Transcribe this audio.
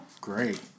Great